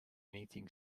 anything